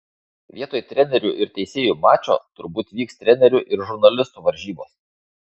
vietoj trenerių ir teisėjų mačo turbūt vyks trenerių ir žurnalistų varžybos